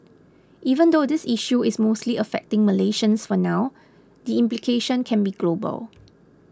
even though this issue is mostly affecting Malaysians for now the implications can be global